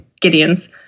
gideon's